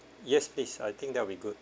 yes please I think that'll be good